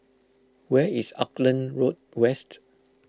where is Auckland Road West